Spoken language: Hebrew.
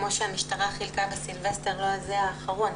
כמו שהמשטרה חילקה בסילבסטר האחרון.